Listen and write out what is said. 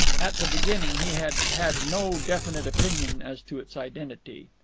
at the beginning he had had no definite opinion as to its identity.